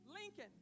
Lincoln